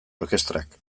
orkestrak